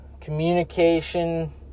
communication